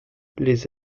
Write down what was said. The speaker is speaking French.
les